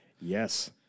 Yes